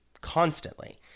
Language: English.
constantly